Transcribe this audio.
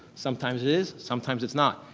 sometimes it is, sometimes it's not.